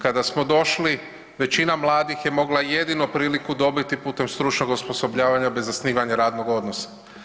Kada smo došli većina mladih je mogla jedinu priliku dobiti putem stručnog osposobljavanja bez zasnivanja radnog odnosa.